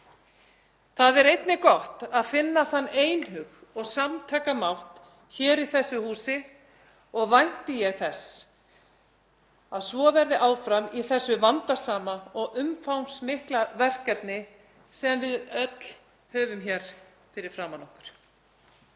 Það er einnig gott að finna þennan einhug og samtakamátt hér í þessu húsi og vænti ég þess að svo verði áfram í þessu vandasama og umfangsmikla verkefni sem við öll höfum hér fyrir framan okkur.